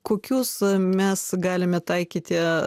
kokius mes galime taikyti